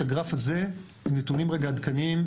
את הגרף הזה עם נתונים עדכניים.